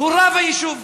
הוא רב היישוב.